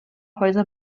häuser